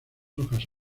hojas